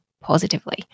positively